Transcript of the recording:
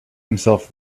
himself